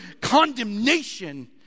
condemnation